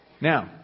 Now